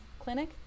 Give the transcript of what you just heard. Clinic